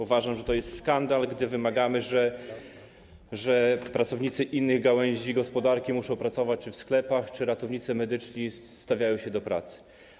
Uważam, że to jest skandal, gdy wymagamy, żeby pracownicy innych gałęzi gospodarki pracowali w sklepach czy ratownicy medyczni stawiali się do pracy.